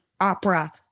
opera